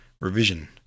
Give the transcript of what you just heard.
revision